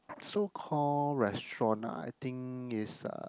so call restaurant ah I think is a